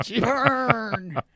Burn